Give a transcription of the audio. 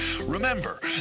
Remember